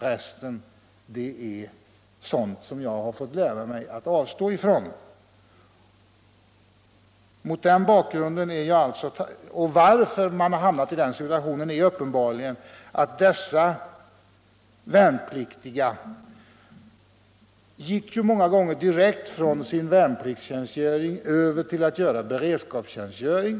Resten är sådant som man har fått lära sig avstå ifrån.” Att denna situation har uppstått beror uppenbarligen på att de värnpliktiga många gånger gick direkt från sin värnpliktstjänstgöring över till beredskapstjänstgöring.